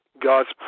God's